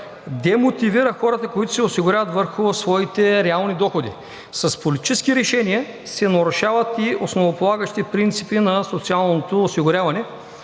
демотивира хората, които се осигуряват върху своите реални доходи. С политически решения се нарушават и основополагащи принципи на социалното осигуряване.